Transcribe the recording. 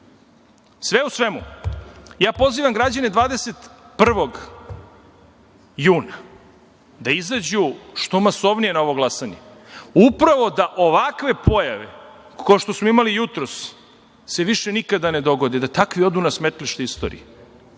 u svemu, ja pozivam građane 21. juna da izađu što masovnije na ovo glasanje, upravo da se ovakve pojave, kao što smo imali jutros, više nikada ne dogode, da takvi odu na smetlište istorije